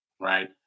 right